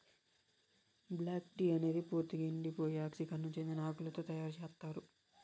black tea అనేది పూర్తిక ఎండిపోయి ఆక్సీకరణం చెందిన ఆకులతో తయారు చేత్తారు